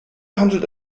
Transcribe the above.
handelt